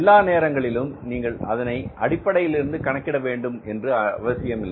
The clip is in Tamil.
எல்லா நேரங்களிலும் நீங்கள் அதனை அடிப்படையிலிருந்து கணக்கிட வேண்டும் என்று அவசியமில்லை